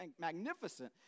magnificent